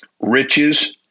riches